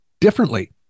differently